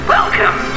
Welcome